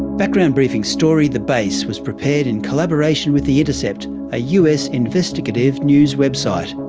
background briefing's story, the base, was prepared in collaboration with the intercept, a us investigative news website.